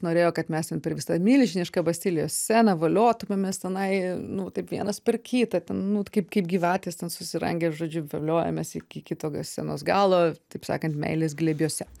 norėjo kad mes ten per visą milžinišką bastilijos sceną valio tūpiamės tenai nu taip vienas per kitą ten nu kaip kaip gyvatės ten susirangę žodžiu voliojamės iki kitos scenos galo taip sakant meilės glėbiuose